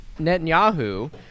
Netanyahu